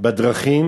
בדרכים